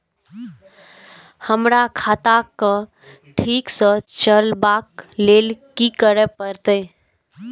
हमरा खाता क ठीक स चलबाक लेल की करे परतै